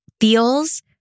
feels